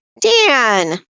Dan